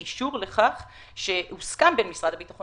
אחרי ששנים לא הצלחנו